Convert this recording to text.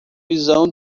visão